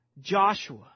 Joshua